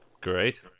Great